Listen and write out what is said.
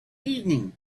evening